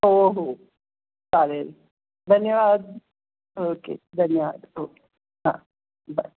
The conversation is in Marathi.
हो हो चालेल धन्यवाद ओके धन्यवाद ओके हां बाय